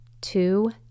two